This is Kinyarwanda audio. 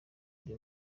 kuri